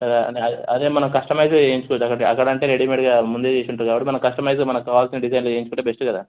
సరే అదే మనం కస్టమైజ్డ్గా చేయించుకుంటే అక్కడ అక్కడంటే రెడీమేట్గా ముందే చేసుంటారు కాబట్టి మన కస్టమైజ్డ్గా మనకు కావలిసిన డిజైన్లో చేయించుకుంటే బెస్టు కదా